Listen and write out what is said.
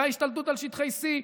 וההשתלטות על שטחי C,